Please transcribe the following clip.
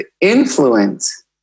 influence